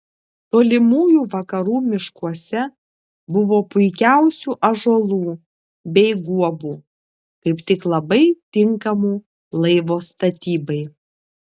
tolimųjų vakarų miškuose buvo puikiausių ąžuolų bei guobų kaip tik labai tinkamų laivo statybai